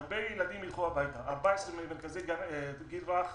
הרבה ילדים ילכו הביתה, 14 מרכזים לגיל הרך,